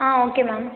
ah okay ma'am